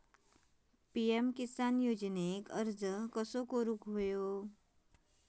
PM Kisan योजनेक अर्ज कसो करायचो?